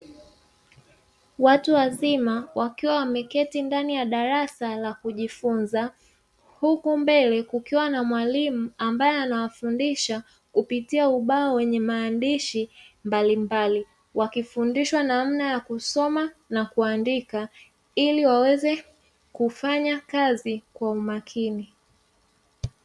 Watu wazima wakiwa wameketi ndani ya darasa la kujifunza, huku mbele kukiwa na mwalimu ambaye anawafundisha kupitia ubao wenye maandishi mbalimbali, wakifundishwa namna ya kusoma na kuandika ili waweze kufanya kazi Kwa umakini.